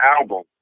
album